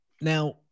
now